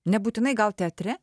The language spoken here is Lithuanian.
nebūtinai gal teatre